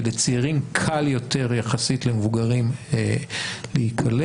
ולצעירים קל יותר יחסית למבוגרים להיקלט,